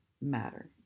matter